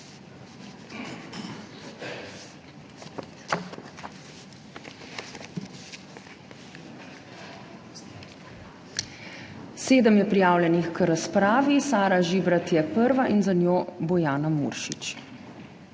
Sedem je prijavljenih k razpravi. Sara Žibrat je prva in za njo Bojana Muršič.